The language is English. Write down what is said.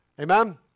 Amen